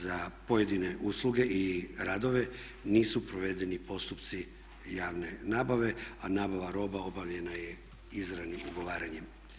Za pojedine usluge i radove nisu provedeni postupci javne nabave a nabava roba obavljena je izravnim ugovaranjem.